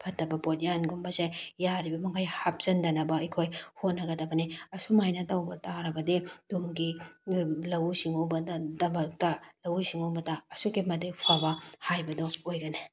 ꯐꯠꯇꯕ ꯄꯣꯠꯌꯥꯟꯒꯨꯝꯕꯁꯦ ꯌꯥꯔꯤꯕ ꯃꯈꯩ ꯍꯥꯞꯆꯤꯟꯗꯅꯕ ꯑꯩꯈꯣꯏ ꯍꯣꯠꯅꯒꯗꯕꯅꯤ ꯑꯁꯨꯝꯃꯥꯏꯅ ꯇꯧꯕ ꯇꯔꯕꯗꯤ ꯇꯨꯡꯒꯤ ꯂꯧꯎ ꯂꯧꯎ ꯁꯤꯡꯎꯕꯗ ꯑꯁꯨꯛꯀꯤ ꯃꯇꯤꯛ ꯐꯕ ꯍꯥꯏꯕꯗꯨ ꯑꯣꯏꯒꯅꯤ